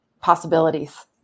possibilities